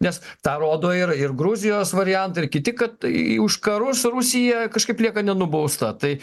nes tą rodo ir ir gruzijos variantai ir kiti kad tai už karus rusija kažkaip lieka nenubausta tai